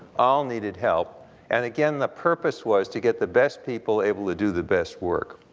all needed help and again the purpose was to get the best people able to do the best work.